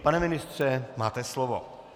Pane ministře, máte slovo.